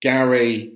Gary